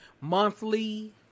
monthly